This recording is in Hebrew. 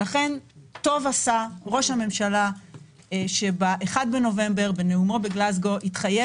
לכן טוב עשה ראש הממשלה שב-1 בנובמבר בנאומו בגלזגו התחייב